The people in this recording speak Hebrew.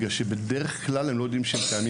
בגלל שהרבה מאוד פעמים הם בכלל לא יודעים שהם קיימים.